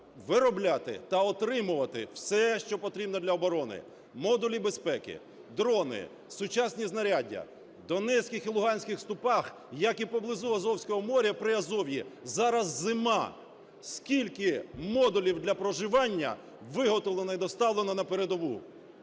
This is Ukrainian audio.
виробляти та отримувати все, що потрібно для оборони: модулі безпеки, дрони, сучасні знаряддя. В донецьких і луганських степах, як і поблизу Азовського моря, в Приазов'ї, зараз зима. Скільки модулів для проживання виготовлено і доставлено на передову?